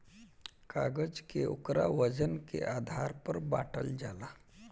कागज के ओकरा वजन के आधार पर बाटल जाला